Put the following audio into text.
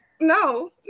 No